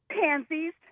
Pansies